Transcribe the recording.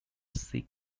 seek